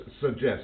suggest